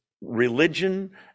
religion